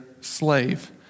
slave